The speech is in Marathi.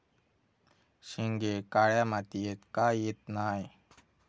शेंगे काळ्या मातीयेत का येत नाय?